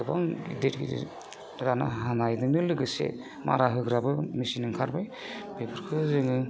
गोबां गिदिर गिदिर दानिया हानायजोंनो लोगोसे मारा होग्राबो मेसिन ओंखारबाय बेफोरखो जोङो